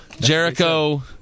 Jericho